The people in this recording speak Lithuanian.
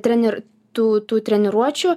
trenir tų tų treniruočių